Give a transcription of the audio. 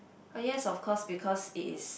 oh yes of course because it is